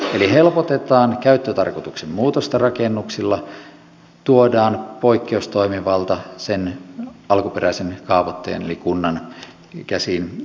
eli helpotetaan käyttötarkoituksen muutosta rakennuksilla tuodaan poikkeustoimivalta sen alkuperäisen kaavoittajan eli kunnan käsiin elyltä